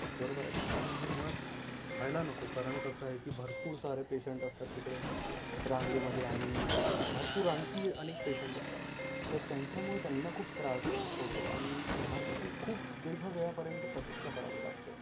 बरोबर आहे की नाही जे मुळात व्हायला नको कारण कसं आहे की भरपूर सारे पेशंट असतात तिकडे रांगेमध्ये आणि भरपूर आणखी अनेक पेशंट असतात तर त्यांच्यामुळे त्यांना खूप त्रास होतो आणि भरपूर खूप दीर्घ वेळापर्यंत प्रतीक्षा करावी लागते